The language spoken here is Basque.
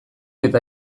eta